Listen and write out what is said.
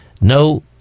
no